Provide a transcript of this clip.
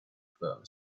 firm